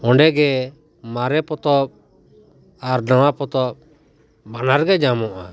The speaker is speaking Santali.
ᱚᱸᱰᱮ ᱜᱮ ᱢᱟᱨᱮ ᱯᱚᱛᱚᱵᱽ ᱟᱨ ᱱᱟᱣᱟ ᱯᱚᱛᱚᱵᱽ ᱵᱟᱱᱟᱨ ᱜᱮ ᱧᱟᱢᱚᱜᱼᱟ